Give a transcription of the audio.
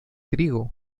trigo